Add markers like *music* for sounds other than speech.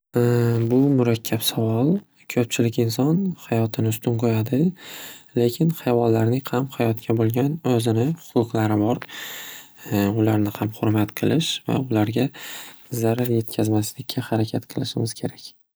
*hesitation* Bu murakkab savol. Ko'pchilik inson hayotini ustun qo'yadi. Lekin hayvonlarning ham hayotga bo'gan o'zini huquqlari bor. Ularni ham xurmat qilish va ularga zarar yetkazmaslikka harakat qilishimiz kerak.